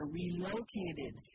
relocated